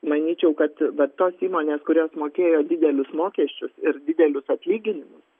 manyčiau kad vat tos įmonės kurios mokėjo didelius mokesčius ir didelius atlyginimus